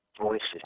voices